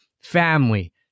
family